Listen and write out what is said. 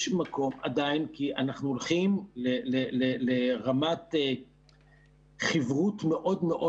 יש מקום עדיין כי אנחנו הולכים לרמת חיברות מאוד מאוד